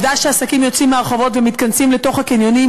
העובדה שהעסקים יוצאים מהרחובות ומתכנסים לתוך הקניונים